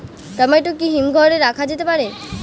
Tomato কি হিমঘর এ রাখা যেতে পারে?